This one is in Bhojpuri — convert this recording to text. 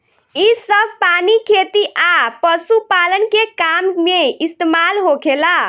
इ सभ पानी खेती आ पशुपालन के काम में इस्तमाल होखेला